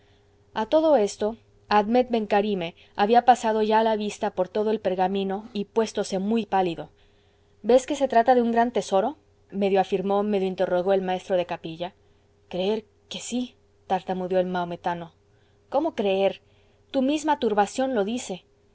a todo esto admet ben carime había pasado ya la vista por todo el pergamino y puéstose muy pálido ves que se trata de un gran tesoro medio afirmó medio interrogó el maestro de capilla creer que sí tartamudeó el mahometano cómo creer tu misma turbación lo dice